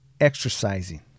exercising